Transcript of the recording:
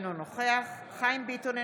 אינו נוכח חיים ביטון,